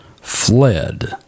fled